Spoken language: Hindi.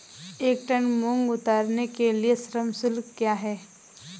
एक टन मूंग उतारने के लिए श्रम शुल्क क्या है?